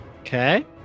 okay